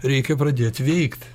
reikia pradėt veikt